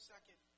Second